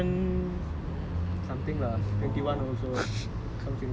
all the odd numbers have some significance lah ya so eleven